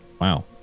wow